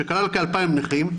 שכלל כ-2,000 נכים,